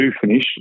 finish